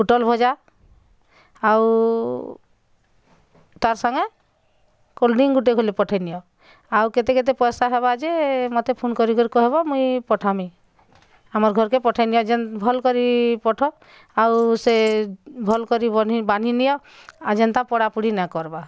ପୁଟଲ୍ ଭଜା ଆଉ ତାର୍ ସାଙ୍ଗେ କୋଲଡ୍ରିଙ୍କ୍ ଗୁଟେକେ ହେଲେ ପଠେଇ ନିଅ ଆଉ କେତେ କେତେ ପଇସା ହେବା ଯେ ମୋତେ ଫୋନ୍ କରି କରି କହେବ ମୁଇଁ ପଠାମି ଆମର୍ ଘରକେ ପଠେଇ ନିଅ ଯେନ୍ ଭଲ୍ କରି ପଠ ଆଉ ସେ ଭଲ୍ କରି ବନହି ବାନହି ନିଅ ଯେନ୍ତା ପଡ଼ା ପୁଡ଼ି ନାଇଁ କରବା